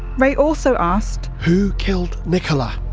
ray also asked, who killed nicola?